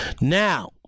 Now